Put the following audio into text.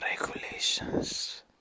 regulations